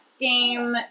game